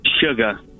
Sugar